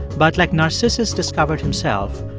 but like narcissus discovered himself,